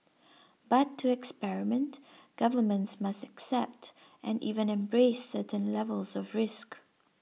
but to experiment governments must accept and even embrace certain levels of risk